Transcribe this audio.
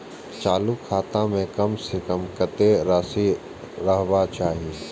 चालु खाता में कम से कम कतेक राशि रहबाक चाही?